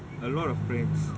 a lot of pranks